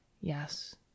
Yes